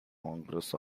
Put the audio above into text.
congress